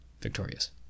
victorious